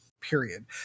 period